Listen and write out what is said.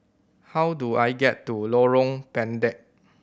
how do I get to Lorong Pendek